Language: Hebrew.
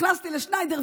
נכנסתי לשניידר,